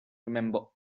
remember